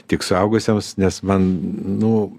tik suaugusiems nes man nu